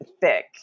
thick